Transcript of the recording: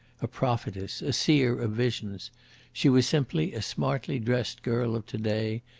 a prophetess, a seer of visions she was simply a smartly-dressed girl of to-day,